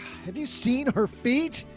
have you seen her feet?